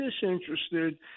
disinterested